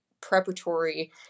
preparatory